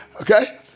Okay